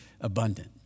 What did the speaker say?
abundant